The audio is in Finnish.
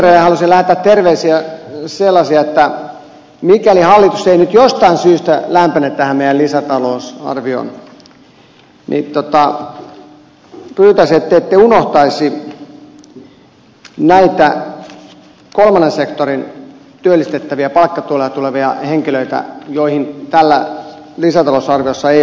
arvoisille ministereille haluaisin lähettää sellaisia terveisiä että mikäli hallitus ei nyt jostain syystä lämpene tälle meidän lisätalousarvioaloitteellemme niin pyytäisin että ette unohtaisi näitä kolmannen sektorin työllistettäviä palkkatuelle tulevia henkilöitä joille täällä lisätalousarviossa ei ole osoitettu määrärahoja enempää